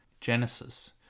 Genesis